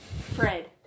Fred